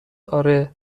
آره